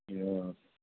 ए हो